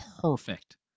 perfect